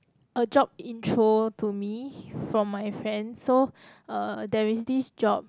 a job intro to me from my friend so uh there is this job